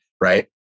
right